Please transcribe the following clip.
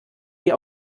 wir